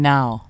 Now